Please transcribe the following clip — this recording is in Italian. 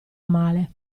male